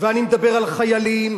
ואני מדבר על חיילים,